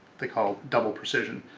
they call double precision,